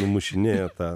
numušinėja tą